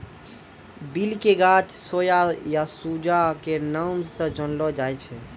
दिल के गाछ सोया या सूजा के नाम स जानलो जाय छै